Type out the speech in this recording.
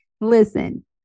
listen